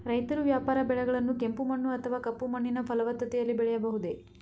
ರೈತರು ವ್ಯಾಪಾರ ಬೆಳೆಗಳನ್ನು ಕೆಂಪು ಮಣ್ಣು ಅಥವಾ ಕಪ್ಪು ಮಣ್ಣಿನ ಫಲವತ್ತತೆಯಲ್ಲಿ ಬೆಳೆಯಬಹುದೇ?